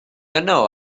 yno